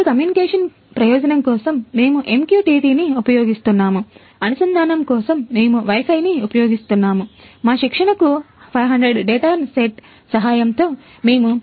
ఇప్పుడు కమ్యూనికేషన్ ఉపయోగిస్తున్నాము